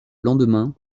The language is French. lendemain